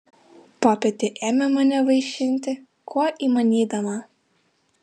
popienė ėmė mane vaišinti kuo įmanydama